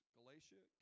Galatia